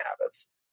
habits